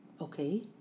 Okay